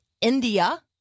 India